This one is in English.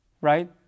right